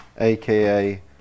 aka